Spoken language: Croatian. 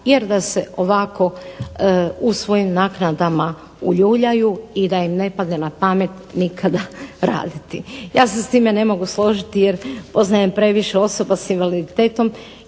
Jer da se ovako u svojim naknadama uljuljaju i da im ne padne na pamet nikada raditi. Ja se s time ne mogu složiti jer poznajem previše osoba sa invaliditetom